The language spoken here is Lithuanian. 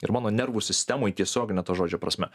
ir mano nervų sistemoj tiesiogine to žodžio prasme